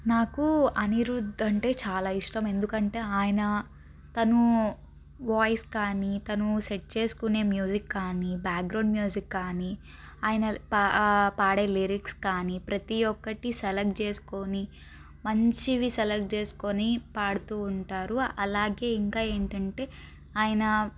నాకూ అనిరుధ్ అంటే చాలా ఇష్టం ఎందుకంటే ఆయన తను వాయిస్ కానీ తను సెట్ చేసుకునే మ్యూజిక్ కానీ బ్యాక్ గ్రౌండ్ మ్యూజిక్ కానీ ఆయన పాడే లిరిక్స్ కానీ ప్రతి ఒక్కటి సెలెక్ట్ చేసుకొని మంచివి సెలెక్ట్ చేసుకుని పాడుతూ ఉంటారు అలాగే ఇంకా ఏంటంటే ఆయన